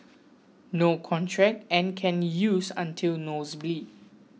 no contract and can use until nose bleed